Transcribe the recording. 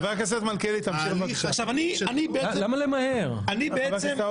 האם למהר בהליך של חוק-יסוד